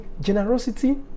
generosity